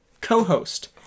co-host